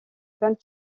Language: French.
les